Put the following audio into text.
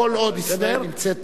כל עוד ישראל נמצאת,